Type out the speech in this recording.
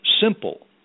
simple